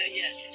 yes